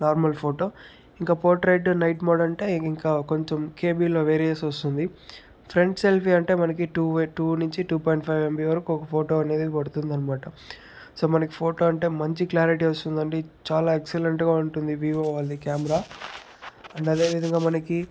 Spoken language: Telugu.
నార్మల్ ఫోటో ఇంకా పోట్రైట్ నైట్ మోడ్ అంటే ఇంకా కొంచెం కేబీలో వేరియస్ వస్తుంది ఫ్రంట్ సెల్ఫీ అంటే మనకి టూ టూ నుంచి టూ పాయింట్ ఫైవ్ ఎంబి వరకు ఒక ఫోటో అనేది పడుతుందనమాట సో మనకి ఫోటో అంటే మంచి క్లారిటీ వస్తుందండి చాలా ఎక్సెలెంట్గా ఉంటుంది వ్యూ వాళ్ళది కెమెరా అండ్ అదేవిధంగా మనకి